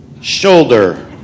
Shoulder